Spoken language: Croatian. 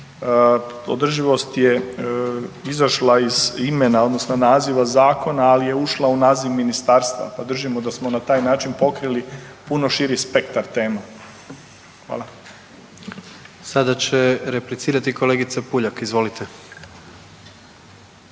održivost je izašla iz imena odnosno naziva zakona, ali je ušla u naziv ministarstva pa držimo da smo na taj način pokrili puno širi spektar tema. Hvala. **Jandroković, Gordan (HDZ)** Sada će replicirati kolegica Puljak, izvolite.